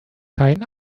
kein